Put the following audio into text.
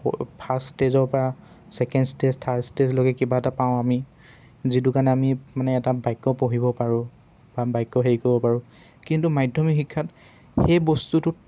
first ষ্টেজৰপৰা second stage third ষ্টেজলৈকে কিবা এটা পাওঁ আমি যিটো কাৰণে আমি মানে এটা বাক্য পঢ়িব পাৰোঁ বা বাক্য হেৰি কৰিব পাৰোঁ কিন্তু মাধ্যমিক শিক্ষাত সেই বস্তুটোত